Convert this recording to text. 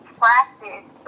practice